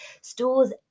stores